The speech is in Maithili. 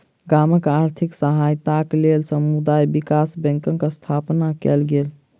गामक आर्थिक सहायताक लेल समुदाय विकास बैंकक स्थापना कयल गेल